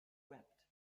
wept